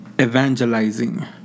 Evangelizing